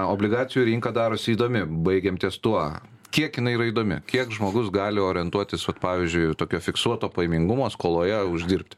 obligacijų rinka darosi įdomi baigėm ties tuo kiek jinai yra įdomi kiek žmogus gali orientuotis vat pavyzdžiui tokio fiksuoto pajamingumo skoloje uždirbti